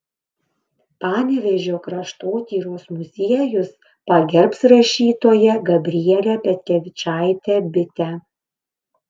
panevėžio kraštotyros muziejus pagerbs rašytoją gabrielę petkevičaitę bitę